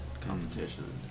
competition